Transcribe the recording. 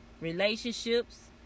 relationships